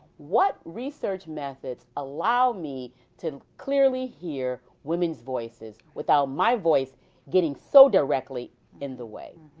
what research methods allow me to clearly hear women's voices without my voice getting so directly in the way?